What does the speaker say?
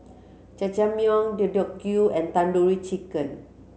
Jajangmyeon Deodeok Gui and Tandoori Chicken